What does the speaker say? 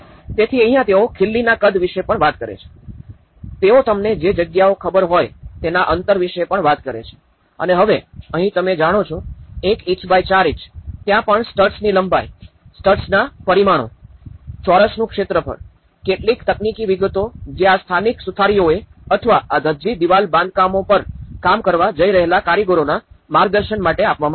તેથી અહીંયા તેઓ ખીલ્લીના કદ વિશે પણ વાત કરે છે તેઓ તમને જે જગ્યાઓ ખબર હોય તેના અંતર વિશે પણ વાત કરે છે અને હવે અહીં તમે જાણો છો ૧ ઇંચ બાય ૪ ઇંચ ત્યાં પણ સ્ટડ્સની લંબાઈ સ્ટડ્સના પરિમાણો ચોરસનું ક્ષેત્રફળ કેટલીક તકનીકી વિગતો જે આ સ્થાનિક સુથારીઓને અથવા આ ધજ્જી દિવાલ બાંધકામો પર કામ કરવા જઇ રહેલા કારીગરોના માર્ગદર્શન માટે આપવામાં આવી છે